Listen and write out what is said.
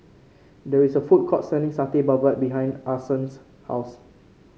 there is a food court selling Satay Babat behind Ason's house